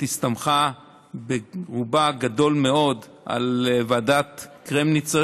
הסתמכה ברובה הגדול מאוד על ועדת קרמניצר,